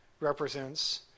represents